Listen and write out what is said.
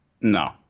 No